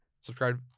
subscribe